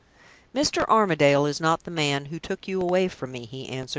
mr. armadale is not the man who took you away from me, he answered.